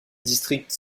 districts